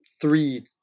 three